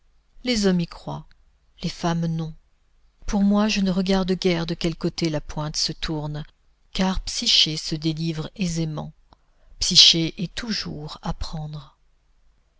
les hommes y croient les femmes non pour moi je ne regarde guère de quel côté la pointe se tourne car psyché se délivre aisément psyché est toujours à prendre